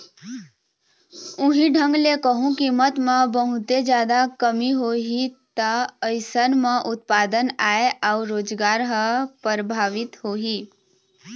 उहीं ढंग ले कहूँ कीमत म बहुते जादा कमी होही ता अइसन म उत्पादन, आय अउ रोजगार ह परभाबित होही